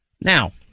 Now